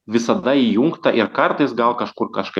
visada įjungtą ir kartais gal kažkur kažką